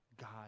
God